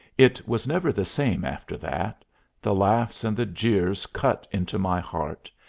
it was never the same after that the laughs and the jeers cut into my heart,